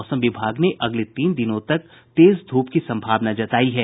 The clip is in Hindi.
मौसम विभाग ने अगले तीन दिनों तक तेज धूप की संभावना जतायी है